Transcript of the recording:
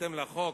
בהתאם לחוק,